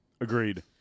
Agreed